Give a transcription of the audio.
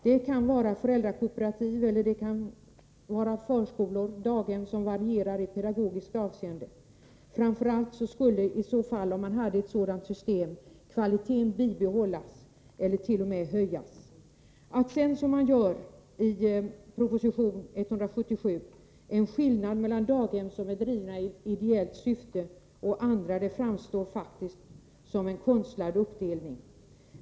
Det kan vara föräldrakooperativ, det kan vara förskolor som varierar i pedagogiskt avseende, Framför allt skulle, om man hade ett sådant system, kvaliteten bibehållas eller t.o.m. höjas. Att, som man gör i proposition 177, skilja mellan daghem som är drivna i ideellt syfte och andra är faktiskt att göra en konstlad uppdelning.